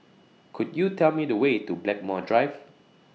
Could YOU Tell Me The Way to Blackmore Drive